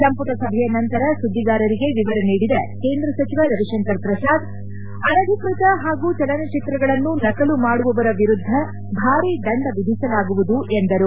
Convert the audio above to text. ಸಂಪುಟ ಸಭೆಯ ನಂತರ ಸುದ್ಗಿಗಾರರಿಗೆ ವಿವರ ನೀಡಿದ ಕೇಂದ್ರ ಸಚಿವ ರವಿಶಂಕರ ಪ್ರಸಾದ್ ಅನಧಿಕೃತ ಹಾಗೂ ಚಲನಚಿತ್ರಗಳನ್ನು ನಕಲು ಮಾಡುವವರ ವಿರುದ್ದ ಭಾರಿ ದಂಡ ವಿಧಿಸಲಾಗುವುದು ಎಂದರು